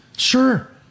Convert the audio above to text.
Sure